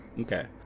Okay